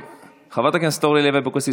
חברת הכנסת אורלי לוי אבקסיס,